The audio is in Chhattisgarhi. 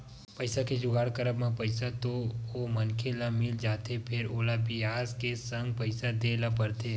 पइसा के जुगाड़ करब म पइसा तो ओ मनखे ल मिल जाथे फेर ओला बियाज के संग पइसा देय ल परथे